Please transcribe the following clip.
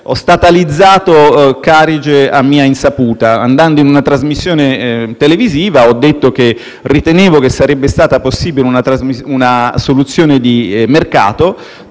ho statalizzato Carige a mia insaputa: intervenendo in una trasmissione televisiva, ho detto che ritenevo che sarebbe stata possibile una soluzione di mercato.